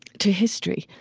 to history?